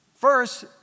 First